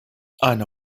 eine